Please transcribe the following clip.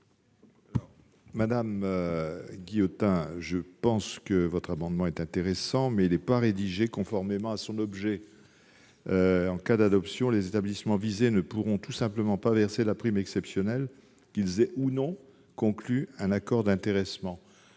de la commission ? Cet amendement est intéressant, mais il n'est pas rédigé conformément à son objet. En cas d'adoption, les établissements visés ne pourront tout simplement pas verser la prime exceptionnelle, qu'ils aient ou non conclu un accord d'intéressement.